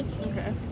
Okay